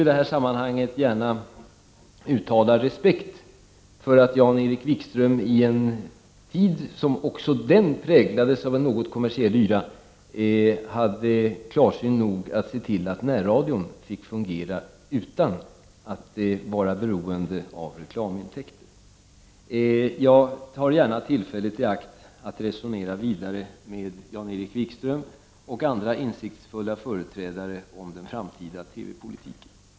I det här sammanhanget vill jag gärna också uttala respekt för att Jan-Erik Wikström i en tid som även den präglades av en något kommersiell yra var klarsynt nog att se till att närradion fick fungera utan att vara beroende av reklamintäkter. Jag tar gärna tillfället i akt att resonera vidare med Jan-Erik Wikström och andra insiktsfulla företrädare om den framtida TV-politiken.